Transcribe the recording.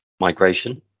migration